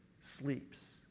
sleeps